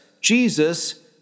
Jesus